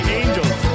angels